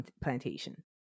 plantation